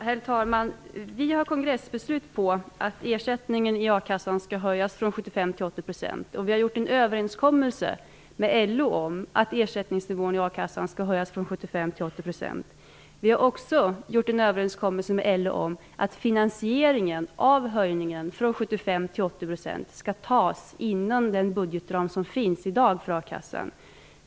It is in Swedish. Herr talman! Vi har kongressbeslut på att ersättningen i a-kassan skall höjas från 75 % till 80 %, och vi har gjort en överenskommelse med LO om att ersättningsnivån i a-kassan skall höjas från 75 % till 80 %. Vi har också gjort en överenskommelse med 80 % skall ordnas inom den budgetram som finns i dag för a-kassan.